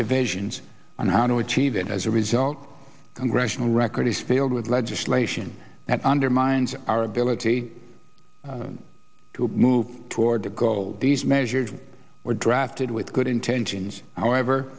divisions on how to achieve it as a result congressional record is filled with legislation that undermines our ability to move toward the goal these measures were drafted with good intentions however